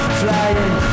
flying